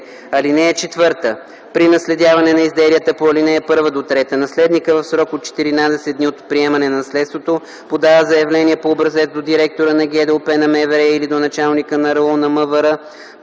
лице. (4) При наследяване на изделията по ал. 1-3 наследникът в срок от 14 дни от приемане на наследството подава заявление по образец до директора на ГДОП на МВР или до началника на РУ на МВР